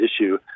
issue